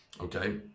Okay